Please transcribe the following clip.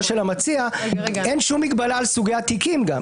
של המציע גם אין שום מגבלה על סוגי התיקים.